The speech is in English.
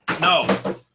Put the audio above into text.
No